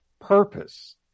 purpose